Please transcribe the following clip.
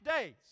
days